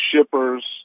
shippers